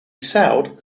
sailed